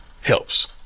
helps